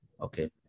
okay